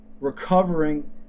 recovering